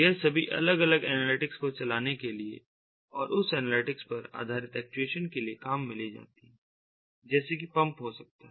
यह सभी अलग अलग एनालिटिक्स को चलाने के लिए और उस एनालिटिक्स पर आधारित एक्चुएशन के लिए काम में ली जाती है जैसे कि पंप हो सकता है